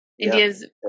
India's